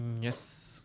Yes